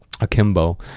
Akimbo